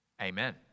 Amen